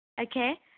Okay